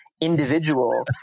individual